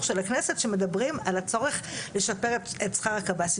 של הכנסת שמדברים על הצורך לשפר את שכר הקב"סים.